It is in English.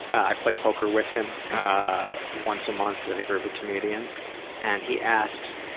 i play poker with him once a month with a group of comedians and he asks,